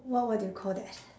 what what do you call that